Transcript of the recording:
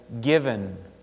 given